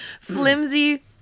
Flimsy